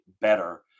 better